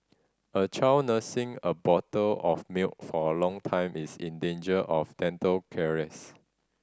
a child nursing a bottle of milk for a long time is in danger of dental caries